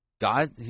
God